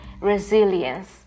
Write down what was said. resilience